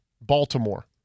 Baltimore